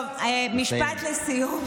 טוב, משפט לסיום.